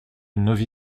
novi